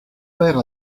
père